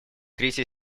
третья